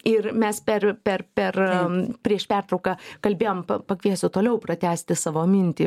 ir mes per per per prieš pertrauką kalbėjom pakviesiu toliau pratęsti savo mintį